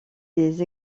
des